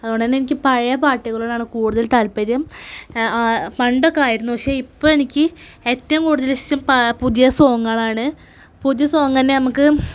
അതുകൊണ്ട് തന്നെ എനിക്ക് പഴയ പാട്ടുകളോടാണ് കൂടുതൽ താൽപര്യം പണ്ടൊക്കെയായിരുന്നു പഷെ ഇപ്പം എനിക്ക് ഏറ്റവും കൂടുതലിഷ്ടം പുതിയ സോങ്ങുകളാണ് പുതിയ സോങ്ങുതന്നെ നമുക്ക്